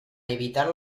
evitar